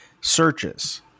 searches